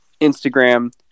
Instagram